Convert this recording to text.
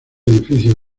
edificio